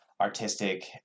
artistic